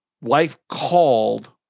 life-called